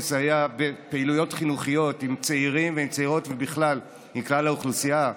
לסייע בפעילויות חינוכיות עם צעירים וצעירות ובכלל לכלל לאוכלוסייה.